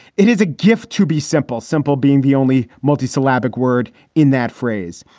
it is a gift to be simple, simple, being the only multisyllabic word in that phrase.